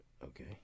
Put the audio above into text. Okay